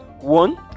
One